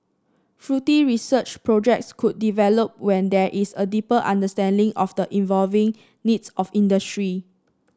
fruity research projects could develop when there is a deeper understanding of the evolving needs of industry